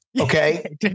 Okay